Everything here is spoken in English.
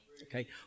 Okay